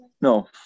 No